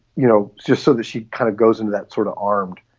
you know, just so that she kind of goes into that sort of armed.